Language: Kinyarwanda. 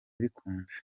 bikunze